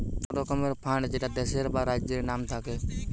এক রকমের ফান্ড যেটা দেশের বা রাজ্যের নাম থাকে